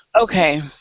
Okay